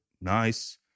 Nice